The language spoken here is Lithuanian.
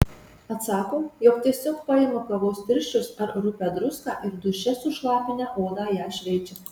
atsako jog tiesiog paima kavos tirščius ar rupią druską ir duše sušlapinę odą ją šveičia